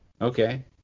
okay